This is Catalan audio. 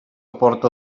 aporte